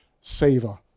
saver